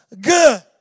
good